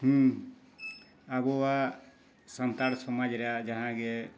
ᱦᱮᱸ ᱟᱵᱚᱣᱟᱜ ᱥᱟᱱᱛᱟᱲ ᱥᱚᱢᱟᱡᱽ ᱨᱮᱭᱟᱜ ᱡᱟᱦᱟᱸ ᱜᱮ